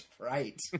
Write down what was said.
Right